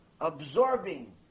absorbing